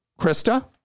Krista